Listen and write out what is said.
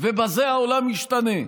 ובזה העולם ישתנה.